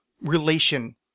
relation